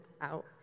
out